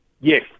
Yes